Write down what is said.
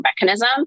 mechanism